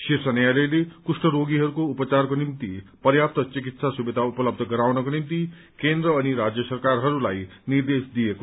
शीर्ष न्यायालयले कुष्ठ रोगीहरूको उपचारको निम्ति पर्याप्त चिकित्सा सुविधा उपलब्ध गराउनको निम्ति केन्द्र अनि राज्य सरकारहरूलाई निर्देश दियो